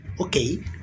Okay